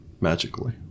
magically